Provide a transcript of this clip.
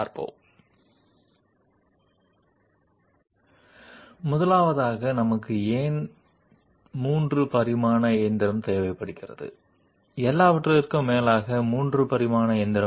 అన్నింటిలో మొదటిది మనకు 3 డైమెన్షనల్ మ్యాచింగ్ ఎందుకు అవసరం మరియు 3 డైమెన్షనల్ మ్యాచింగ్ అంటే ఏమిటి